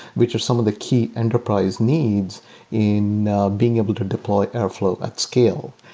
which are some of the key enterprise needs in being able to deploy airflow at scale.